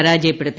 പരാജയപ്പെടുത്തി